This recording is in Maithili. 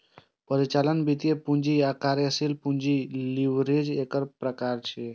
परिचालन, वित्तीय, पूंजी आ कार्यशील पूंजी लीवरेज एकर प्रकार छियै